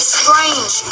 strange